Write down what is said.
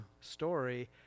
story